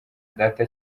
data